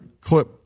clip